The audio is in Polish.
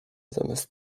zamiast